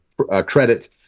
credit